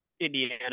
Indiana